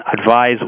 advise